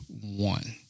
one